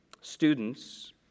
Students